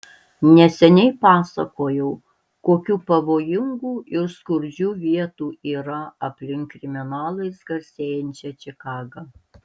neseniai pasakojau kokių pavojingų ir skurdžių vietų yra aplink kriminalais garsėjančią čikagą